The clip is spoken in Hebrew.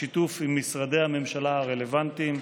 בשיתוף עם משרדי הממשלה הרלוונטיים,